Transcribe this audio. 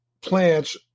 plants